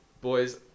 Boys